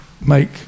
make